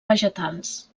vegetals